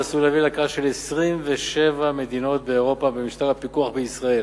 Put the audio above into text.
ועשוי להביא להכרה של 27 מדיניות באירופה במשטר הפיקוח בישראל,